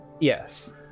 Yes